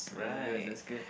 that's good that's good